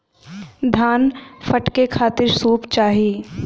धान फटके खातिर सूप चाही